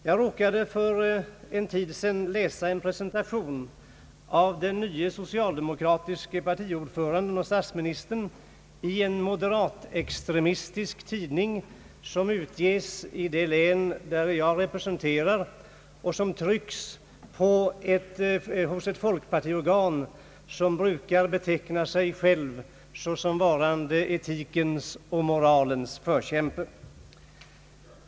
Jag råkade för en tid sedan läsa en presentation av den nye socialdemokratiske partiordföranden och statsministern i en moderat-exiremistisk tidning, som utges i det län jag representerar och som trycks hos ett folkpartiorgan vilket brukar beteckna sig självt såsom etikens och moralens förkämpe.